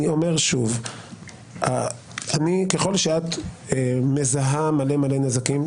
אני אומר שוב שככל שאת מזהה מלא נזקים,